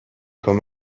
comme